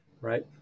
right